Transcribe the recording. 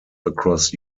across